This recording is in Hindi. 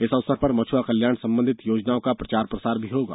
इस अवसर पर मछुआ कल्याण संबंधित योजनाओं का प्रचार प्रसार भी होगा